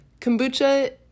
kombucha